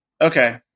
Okay